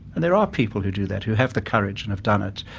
and there are people who do that, who have the courage and have done it.